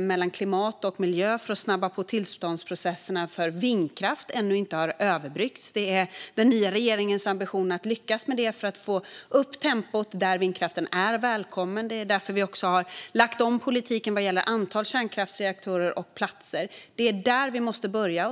mellan klimat och miljö för att snabba på tillståndsprocesserna för vindkraft ännu inte har överbryggats. Det är den nya regeringens ambition att lyckas med detta för att få upp tempot där vindkraften är välkommen. Det är därför vi också har lagt om politiken vad gäller antal kärnkraftsreaktorer och platser. Det är där vi måste börja.